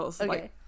Okay